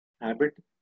habit